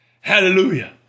Hallelujah